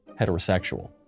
heterosexual